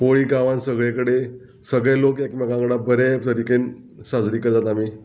होळी गांवान सगळे कडेन सगळे लोक एकमेकां वांगडा बरे तरीकेन साजरी करतात आमी